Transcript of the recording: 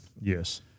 Yes